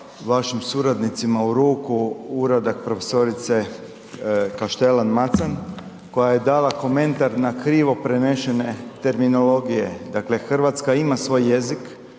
vašim suradnicima u ruku uradak profesorice Kaštelan Macan koja je dala komentar na krivo prenešene terminologije. Dakle, Hrvatska ima svoj jezik